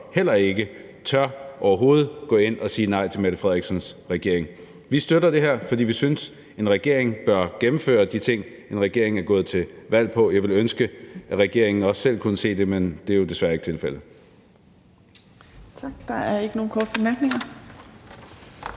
heller ikke overhovedet tør gå ind og sige nej til Mette Frederiksens regering. Vi støtter det her, for vi synes, at en regering bør gennemføre de ting, en regering er gået til valg på. Jeg ville ønske, at regeringen også selv kunne se det, men det er jo desværre ikke tilfældet.